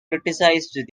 criticized